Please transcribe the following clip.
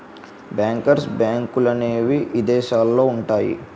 bankers బ్యాంకులనేవి ఇదేశాలల్లో ఉంటయ్యి